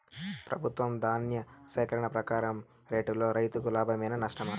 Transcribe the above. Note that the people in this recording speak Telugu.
ప్రభుత్వం ధాన్య సేకరణ ప్రకారం రేటులో రైతుకు లాభమేనా నష్టమా?